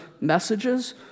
messages